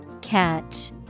Catch